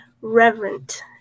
reverent